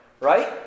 right